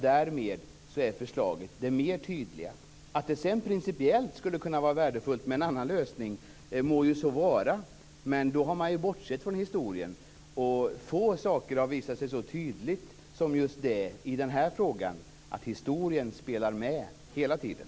Därmed är detta förslag det mer tydliga. Att det sedan principiellt skulle kunna vara värdefullt med en annan lösning må så vara. Men då har man bortsett från historien, och få saker har visat sig så tydligt i den här frågan som just att historien spelar med hela tiden.